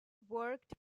worked